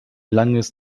langes